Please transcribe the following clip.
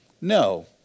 No